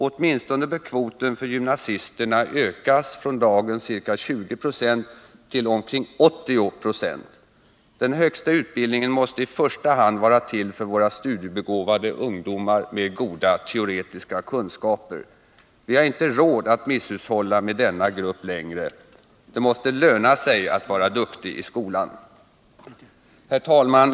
Åtminstone bör kvoten för gymnasisterna ökas från dagens ca 20 9o till omkring 80 26. Den högsta utbildningen måste i första hand vara till för våra studiebegåvade ungdomar med goda teoretiska förkunskaper. Vi har inte råd att misshushålla med denna grupp längre. Det måste löna sig att vara duktig i skolan. Herr talman!